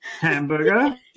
Hamburger